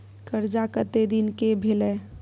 कर्जा कत्ते दिन के भेलै?